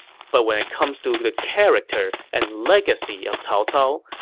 but when it comes to the character and legacy of cao cao,